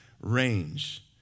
range